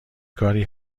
کاری